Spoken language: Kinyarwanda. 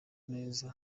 neza